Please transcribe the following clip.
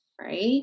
right